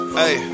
hey